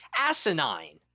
asinine